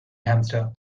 hamster